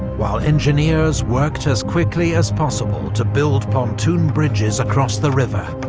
while engineers worked as quickly as possible to build pontoon bridges across the river,